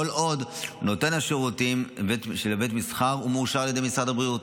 כל עוד נותן השירותים של בית המסחר מאושר על ידי משרד הבריאות,